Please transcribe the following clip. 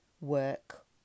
work